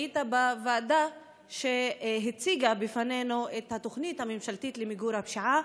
היית בוועדה שהציגה בפנינו את התוכנית הממשלתית למיגור הפשיעה,